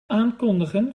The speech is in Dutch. aankondigen